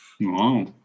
Wow